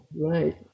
right